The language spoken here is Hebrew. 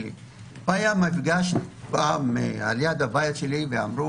פעם עברו 150 חרדים ליד הבית שלי ושאלו